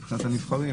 מבחינת הנבחרים,